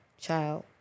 child